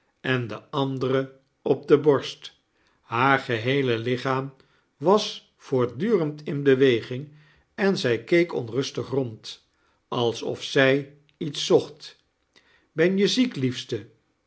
en de andere op de borst haar geheele lichaam was voortdurend in beweging en zq keek onrustig rond alsof zij iets zooht ben je ziek liefste